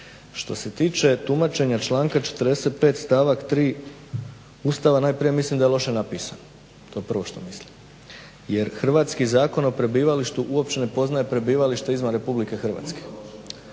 Što se tiče tumačenja članka 45.stavak 3. Ustava ja mislim najprije da je loše napisano, to je prvo što mislim jer hrvatski Zakon o prebivalištu uopće ne poznaje prebivalište izvan RH. dakle ovdje